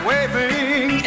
Waving